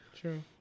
True